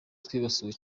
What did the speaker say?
twibasiwe